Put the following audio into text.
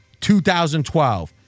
2012